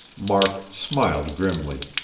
mark smiled grimly.